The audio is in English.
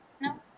No